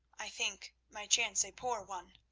i think my chance a poor one.